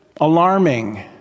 Alarming